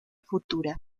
futura